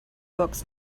books